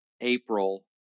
April